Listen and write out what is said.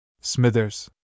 Smithers